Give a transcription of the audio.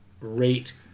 rate